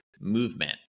movement